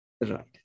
Right